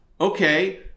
Okay